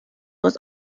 was